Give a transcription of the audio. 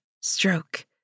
stroke